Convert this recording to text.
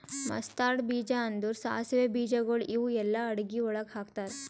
mustard ಬೀಜ ಅಂದುರ್ ಸಾಸಿವೆ ಬೀಜಗೊಳ್ ಇವು ಎಲ್ಲಾ ಅಡಗಿ ಒಳಗ್ ಹಾಕತಾರ್